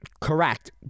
Correct